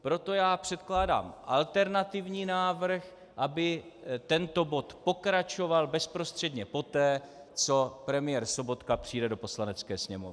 Proto předkládám alternativní návrh, aby tento bod pokračoval bezprostředně poté, co premiér Sobotka přijde do Poslanecké sněmovny.